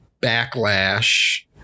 backlash